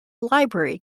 library